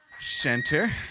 center